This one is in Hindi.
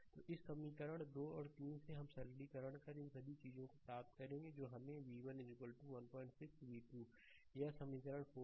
तो समीकरण 2 और 3 से हम सरलीकरण पर इन सभी चीजों को प्राप्त करेंगे जो हमें v1 16 v2 यह समीकरण 4 है